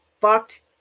fucked